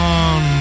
on